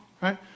Right